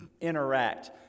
interact